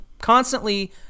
constantly